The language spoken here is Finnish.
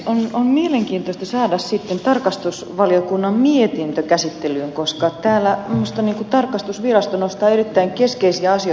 on mielenkiintoista saada sitten tarkastusvaliokunnan mietintö käsittelyyn koska täällä minusta tarkastusvirasto nostaa erittäin keskeisiä asioita esiin